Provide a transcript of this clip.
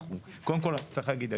קודם כל צריך להגיד,